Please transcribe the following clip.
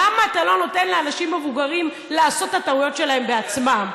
למה אתה לא נותן לאנשים מבוגרים לעשות את הטעויות שלהם בעצמם.